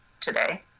today